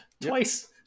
twice